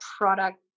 product